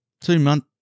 Two-month